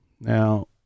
now